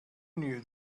knew